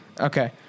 Okay